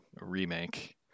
remake